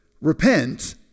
repent